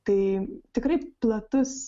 tai tikrai platus